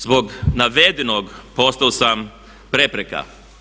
Zbog navedenog postao sam prepreka.